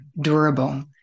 durable